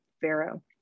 Pharaoh